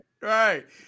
right